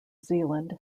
zealand